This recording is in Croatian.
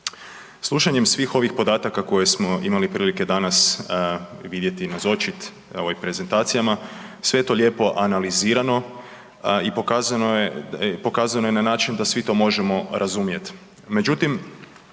Slušanjem svih ovih podataka koje smo imali prilike danas vidjeti i nazočit evo i prezentacijama, sve je to lijepo analizirano i pokazano je, pokazano je na način da svi to možemo razumijet.